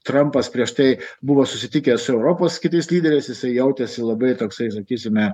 trampas prieš tai buvo susitikęs su europos kitais lyderiais jisai jautėsi labai toksai sakysime